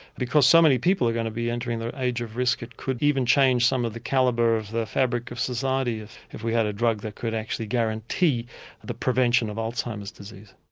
because so many people are going to be entering the age of risk, it could even change some of the calibre of the fabric of society if we had a drug that could actually guarantee the prevention of alzheimer's disease.